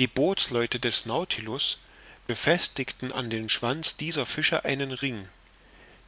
die bootsleute des nautilus befestigten an den schwanz dieser fische einen ring